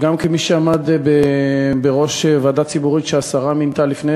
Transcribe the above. כמי שעמד בראש ועדה ציבורית שהשרה מינתה לפני